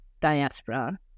diaspora